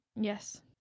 Yes